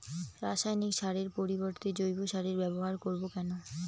রাসায়নিক সারের পরিবর্তে জৈব সারের ব্যবহার করব কেন?